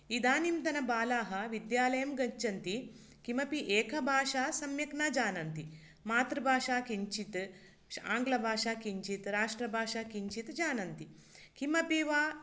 इदानींतनबालाः विद्यालयं गच्छन्ति किमपि एकभाषा सम्यक् न जानन्ति मातृभाषा किञ्चित् श् आङ्ग्लभाषा किञ्चित् राष्ट्रभाषा किञ्चित् जानन्ति किमपि वा